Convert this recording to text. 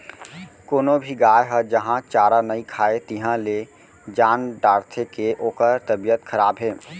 कोनो भी गाय ह जहॉं चारा नइ खाए तिहॉं ले जान डारथें के ओकर तबियत खराब हे